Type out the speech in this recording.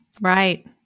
Right